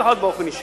לפחות באופן אישי.